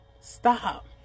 Stop